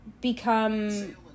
become